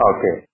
Okay